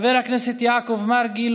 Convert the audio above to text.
חבר הכנסת יעקב מרגי,